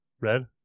Red